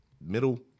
Middle